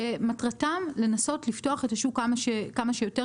שמטרתם לנסות לפתוח את השוק כמה שיותר.